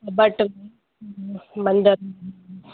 ॿ टब मंदरु